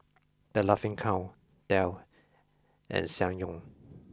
the Laughing Cow Dell and Ssangyong